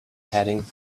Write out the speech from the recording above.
heading